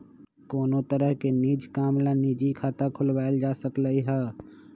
कोनो तरह के निज काम ला निजी खाता खुलवाएल जा सकलई ह